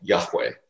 Yahweh